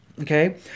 okay